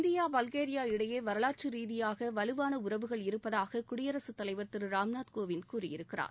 India Bulgaria இடையே வரலாற்று ரீதியாக வலுவான உறவுகள் இருப்பதாக குடியரசுத்தலைவர் திரு ராம்நாத் கோவிந்த் கூறியிருக்கிறார்